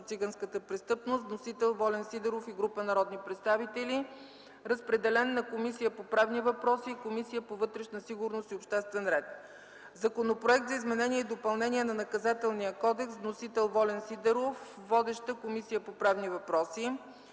циганската престъпност. Вносител – Волен Сидеров и група народни представители. Разпределена е на Комисията по правни въпроси и Комисията по вътрешна сигурност и обществен ред. - Законопроект за изменение и допълнение на Наказателния кодекс. Вносител – Волен Сидеров. Водеща е Комисията по правни въпроси.